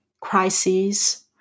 crises